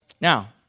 Now